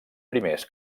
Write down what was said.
primers